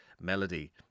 melody